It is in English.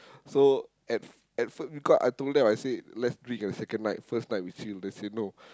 so at at first because I told them I say let's drink the second night first night we chill they say no